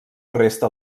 resta